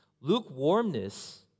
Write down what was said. Lukewarmness